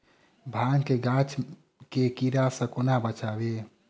भांग केँ गाछ केँ कीड़ा सऽ कोना बचाबी?